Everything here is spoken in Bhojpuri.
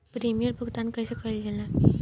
प्रीमियम भुगतान कइसे कइल जाला?